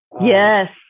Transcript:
Yes